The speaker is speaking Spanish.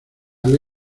sale